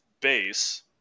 base